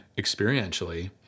experientially